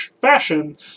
fashion